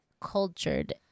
cultured